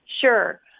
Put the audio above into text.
sure